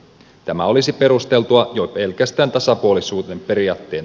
tämä olisi perusteltua jo pelkästään tasapuolisuuden periaatteen